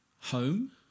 Home